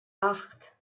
acht